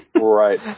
Right